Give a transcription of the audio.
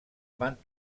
van